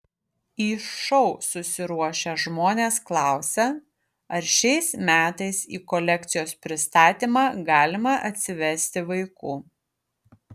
į šou susiruošę žmonės klausia ar šiais metais į kolekcijos pristatymą galima atsivesti vaikų